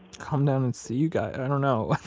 come down and see you guys. i don't know.